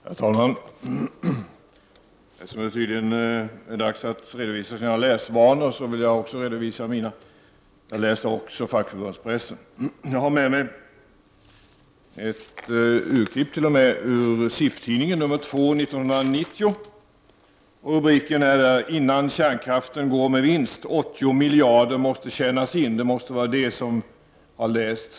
Herr talman! Eftersom det tydligen är dags att redovisa sina läsvanor vill jag också redovisa mina. Jag läser också fackförbundspressen. Jag har t.o.m. med mig ett urklipp ur SIF-tidningen nr 2 år 1990. Där finns rubriken ”Innan kärnkraften går med vinst — 80 miljarder måste tjänas in”. Det måste vara detta som man här på olika håll har läst.